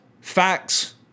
facts